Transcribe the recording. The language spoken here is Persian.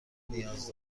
نیاز